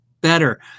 better